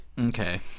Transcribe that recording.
Okay